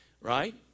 Right